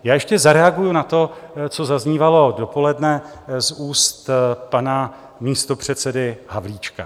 Ještě zareaguji na to, co zaznívalo dopoledne z úst pana místopředsedy Havlíčka.